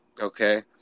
Okay